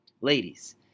Ladies